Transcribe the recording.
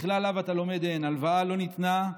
מכלל לאו אתה לומד הן: הלוואה לא ניתנה,